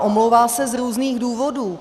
Omlouvá se z různých důvodů.